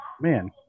man